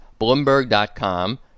Bloomberg.com